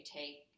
take